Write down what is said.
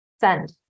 Send